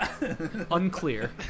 Unclear